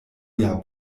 lia